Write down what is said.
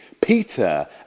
Peter